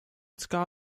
ska